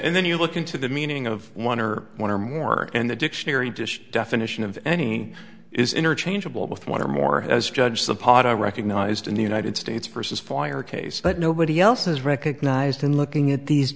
and then you look into the meaning of one or one or more and the dictionary dished definition of any is interchangeable with one or more has judged the part i recognized in the united states versus fire case that nobody else has recognized in looking at these